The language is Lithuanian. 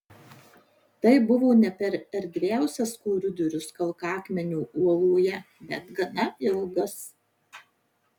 tai buvo ne per erdviausias koridorius kalkakmenio uoloje bet gana ilgas